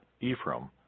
Ephraim